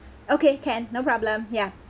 okay can no problem ya